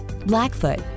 Blackfoot